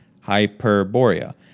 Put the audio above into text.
Hyperborea